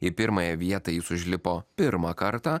į pirmąją vietą jis užlipo pirmą kartą